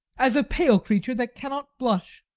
as a pale creature that cannot blush.